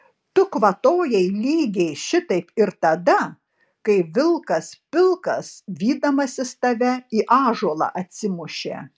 tu kvatojai lygiai šitaip ir tada kai vilkas pilkas vydamasis tave į ąžuolą atsimušė